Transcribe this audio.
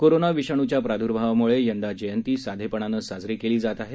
corona विषाणूच्या प्रादूर्भावामुळे यंदा जयंती साधेपणाने साजरी केली जात आहे